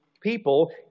people